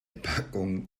packung